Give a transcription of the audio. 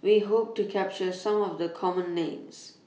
We Hope to capture Some of The Common Names